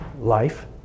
life